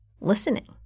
listening